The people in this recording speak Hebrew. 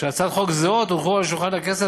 שהצעות חוק זהות הונחו על שולחן הכנסת